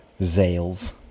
Zales